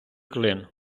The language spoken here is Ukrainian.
клин